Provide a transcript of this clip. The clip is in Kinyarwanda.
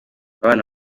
abana